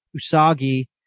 Usagi